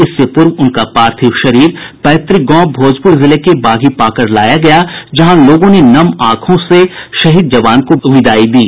इससे पूर्व उनका पार्थिव शरीर पैतृक गांव भोजपुर जिले के बाधीपाकड़ लाया गया जहां लोगों ने नम आंखों से शहीद जवान को विदाई दी